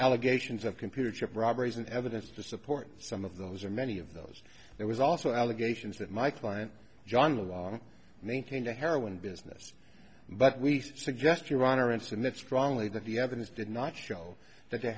allegations of computer chip robberies and evidence to support some of those or many of those there was also allegations that my client john long maintained a heroin business but we suggest your honor and submit strongly that the evidence did not show